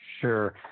Sure